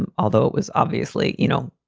and although it was obviously, you know,